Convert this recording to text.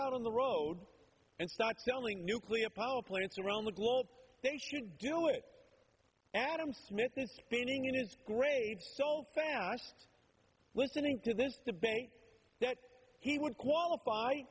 out on the road and start selling nuclear power plants around the globe they should do it adam smith is spinning in his grave so fast listening to this debate that he would qualify